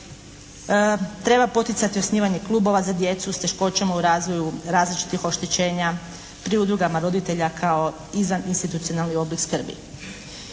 Treba poticati osnivanje klubova za djecu s teškoćama u razvoju, različitih oštećenja pri udrugama roditelja kao izvaninstitucionalni oblik skrbi.